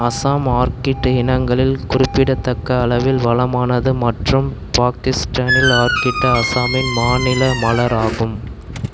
Assam orchid இனங்களில் குறிப்பிடத்தக்க அளவில் வளமானது மற்றும் பாகிஸ்டானில் ஆர்க்கிட் அஸாமின் மாநில மலர் ஆகும்